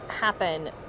happen